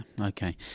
okay